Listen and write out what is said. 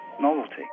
novelty